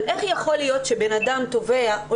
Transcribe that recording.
אבל איך יכול להיות שבן אדם טובע לא